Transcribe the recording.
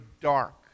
dark